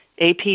AP